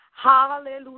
Hallelujah